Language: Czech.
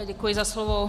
Děkuji za slovo.